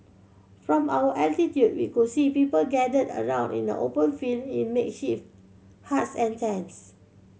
from our altitude we could see people gathered around in a open field in makeshift huts and tents